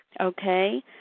Okay